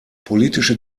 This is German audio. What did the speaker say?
politische